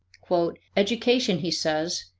education, he says,